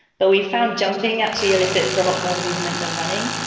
but we've found jumping actually elicits a lot more movement than running.